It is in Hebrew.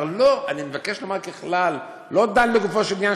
אני מבקש לומר ככלל, אני לא דן לגופו של עניין.